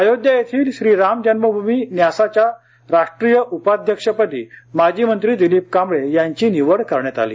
अयोध्या येथील श्री राम जन्मभूमी न्यासाच्या राष्ट्रीय उपाध्यक्षपदी माजी मंत्री दिलिप कांबळे यांची निवड करण्यात आली